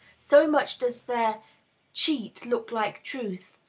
so much does their cheat look like truth,